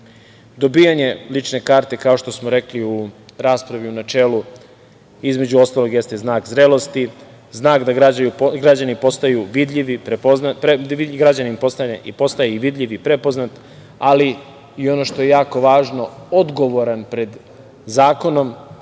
života. Dobijanje lične karte, kao što smo rekli u raspravi u načelu, između ostalog jeste znak zrelosti, znak da građanin postaje vidljiv i prepoznat, ali i, ono što je jako važno, odgovoran pred zakonom.